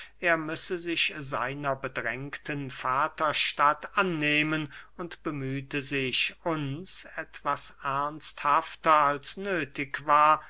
er müsse sich seiner bedrängten vaterstadt annehmen und bemühte sich uns etwas ernsthafter als nöthig war